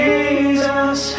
Jesus